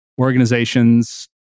organizations